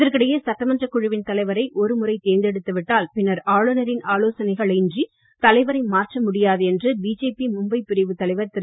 இதற்கிடையே சட்டமன்ற குழுவின் தலைவரை ஒருமுறை தேர்ந்தெடுத்து விட்டால் பின்னர் ஆளுநரின் ஆலோசனை இன்றி தலைவரை மாற்ற முடியாது என்று பிஜேபி மும்பை பிரிவுத் தலைவர் திரு